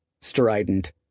strident